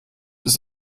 ist